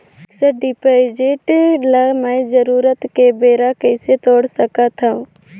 Fixed deposit ल मैं जरूरत के बेरा कइसे तोड़ सकथव?